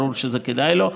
ברור שזה כדאי לו,